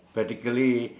practically